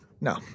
No